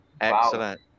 excellent